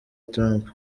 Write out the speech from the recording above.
trump